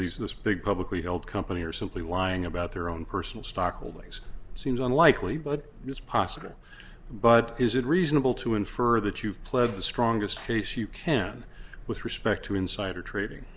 these this big publicly held company are simply lying about their own personal stock holdings seems unlikely but it's possible but is it reasonable to infer that you've played the strongest case you can with respect to insider trading